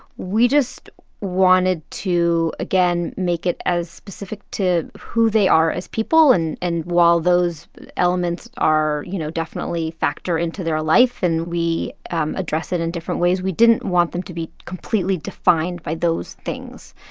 we just wanted to, again, make it as specific to who they are as people. and and while those elements are you know, definitely factor into their life and we address it in different ways, we didn't want them to be completely defined by those things.